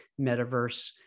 metaverse